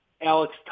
Alex